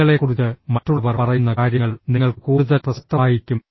നിങ്ങളെക്കുറിച്ച് മറ്റുള്ളവർ പറയുന്ന കാര്യങ്ങൾ നിങ്ങൾക്ക് കൂടുതൽ പ്രസക്തമായിരിക്കും